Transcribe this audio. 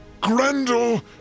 Grendel